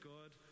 God